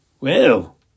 Well